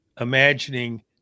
imagining